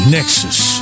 Nexus